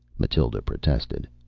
mathild protested.